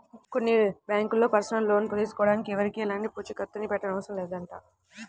కొన్ని బ్యాంకుల్లో personal loan తీసుకోడానికి ఎవరికీ ఎలాంటి పూచీకత్తుని పెట్టనవసరం లేదంట